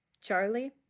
Charlie